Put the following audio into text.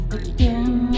again